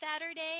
Saturday